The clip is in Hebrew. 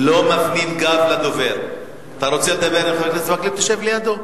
אתה רוצה לדבר עם חבר הכנסת וקנין, שב לידו.